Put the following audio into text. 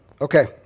Okay